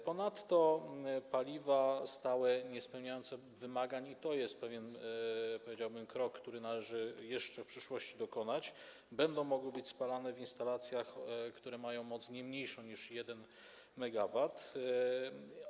Ponadto paliwa stałe niespełniające wymagań, i to jest pewien, powiedziałbym, krok, który należy jeszcze w przyszłości zrobić, będą mogły być spalane w instalacjach, które mają moc nie mniejszą niż 1 MW.